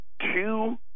two